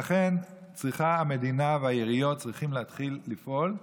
לכן המדינה והעיריות צריכות להתחיל לפעול,